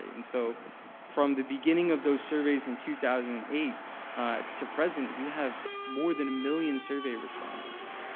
and so from the beginning of those surveys in two thousand and eight to present, we have more than a million survey respondents.